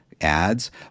ads